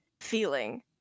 feeling